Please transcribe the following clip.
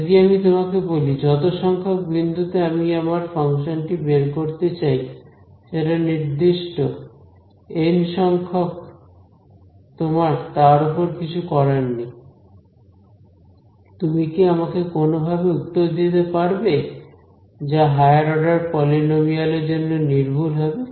যদি আমি তোমাকে বলি যত সংখ্যক বিন্দুতে আমি আমার ফাংশনটি বের করতে চাই সেটা নির্দিষ্ট এন সংখ্যক তোমার তার ওপর কিছু করার নেই তুমি কি আমাকে কোনওভাবে উত্তর দিতে পারবে যা হায়ার অর্ডার পলিনোমিয়াল এর জন্য নির্ভুল হবে